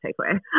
takeaway